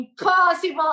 impossible